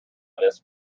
this